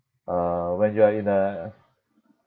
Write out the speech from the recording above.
uh when you are in a